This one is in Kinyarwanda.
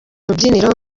rubyiniro